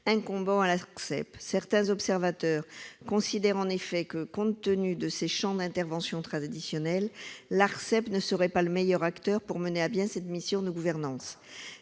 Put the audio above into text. incombant à l'Arcep. Certains observateurs considèrent en effet que, compte tenu de ses champs d'intervention traditionnels, l'Arcep ne serait pas le meilleur acteur pour mener à bien cette mission de gouvernance.